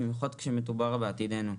במיוחד כשמדובר בעתידנו.